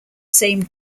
same